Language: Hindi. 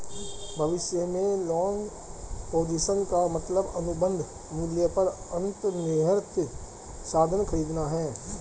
भविष्य में लॉन्ग पोजीशन का मतलब अनुबंध मूल्य पर अंतर्निहित साधन खरीदना है